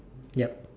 yup